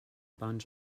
bunch